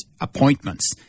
appointments